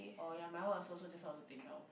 oh ya my one also so just now also take down